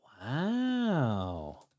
Wow